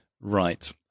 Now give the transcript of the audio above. right